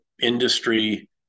industry